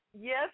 Yes